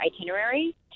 itinerary